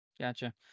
Gotcha